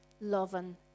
loving